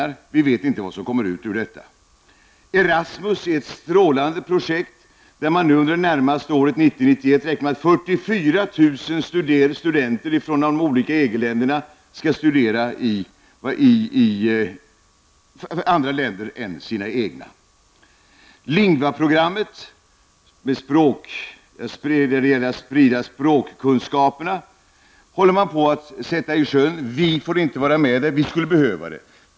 Men vi vet inte vad dessa kommer att resultera i. Erasmus är ett strålande projekt. Man räknar med att 44 000 studenter från de olika EG-länderna under 1990/91 skall studera utanför sitt hemland. Linguaprogrammet -- det handlar då om att sprida spåkkunskaper -- håller man på att sätta sjön. Vi får inte vara med där, men skulle behöva få vara med.